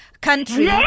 country